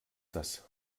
das